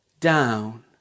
down